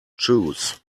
choose